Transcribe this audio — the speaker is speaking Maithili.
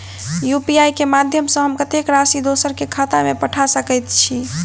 यु.पी.आई केँ माध्यम सँ हम कत्तेक राशि दोसर केँ खाता मे पठा सकैत छी?